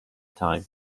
time